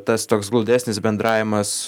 tas toks glaudesnis bendravimas